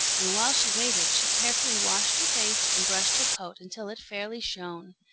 and while she waited, she carefully washed her face and brushed her coat until it fairly shone.